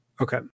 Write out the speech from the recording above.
Okay